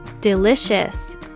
Delicious